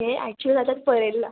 हे ॲक्चुअल राहतात परेलला